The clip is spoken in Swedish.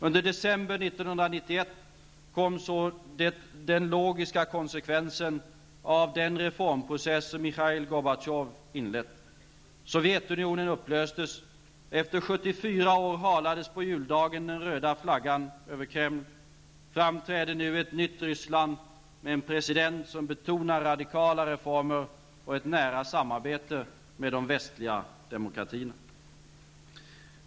Under december 1991 kom så den logiska konsekvensen av den reformprocess som Michail Kreml. Fram träder nu ett nytt Ryssland, med en president som betonar radikala reformer och ett nära samarbete med de västliga demokratierna.